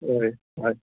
हय हय